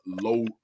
Low